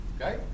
Okay